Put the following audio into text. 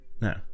No